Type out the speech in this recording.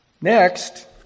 Next